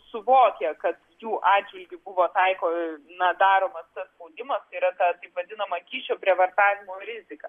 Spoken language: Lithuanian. suvokia kad jų atžvilgiu buvo taikomi na daromas tas spaudimas tai yra ta taip vadinama kyšio prievartavimo rizika